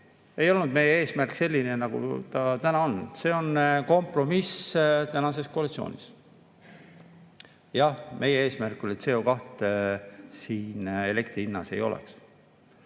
ei olnud meie eesmärk selline, nagu ta täna on. See on kompromiss tänases koalitsioonis. Jah, meie eesmärk oli, et CO2siin elektri hinnas ei oleks.